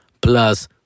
plus